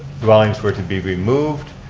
dwellings were to be removed,